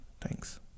Thanks